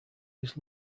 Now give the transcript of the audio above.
his